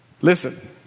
Listen